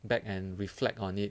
back and reflect on it